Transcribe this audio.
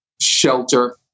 shelter